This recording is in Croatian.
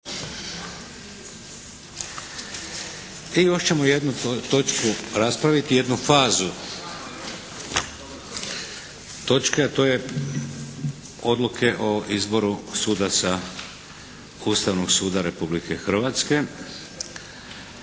I još ćemo jednu točku raspraviti, jednu fazu. Točka - Odluke o izboru sudaca Ustavnog suda Republike Hrvatske.